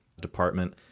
department